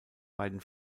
beiden